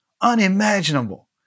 unimaginable